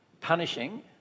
punishing